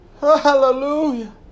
Hallelujah